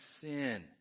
sin